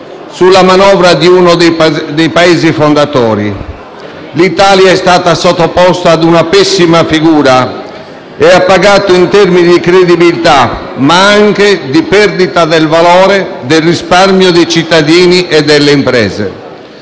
la manovra di uno dei Paesi fondatori. L'Italia è stata sottoposta a una pessima figura e ha pagato in termini di credibilità, ma anche di perdita del valore del risparmio dei cittadini e delle imprese.